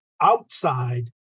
outside